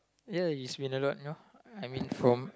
ya it's been a lot you know I mean from